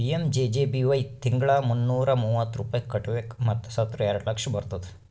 PMJJBY ತಿಂಗಳಾ ಮುನ್ನೂರಾ ಮೂವತ್ತು ರೂಪಾಯಿ ಕಟ್ಬೇಕ್ ಮತ್ ಸತ್ತುರ್ ಎರಡ ಲಕ್ಷ ಬರ್ತುದ್